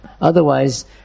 Otherwise